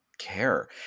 care